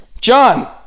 John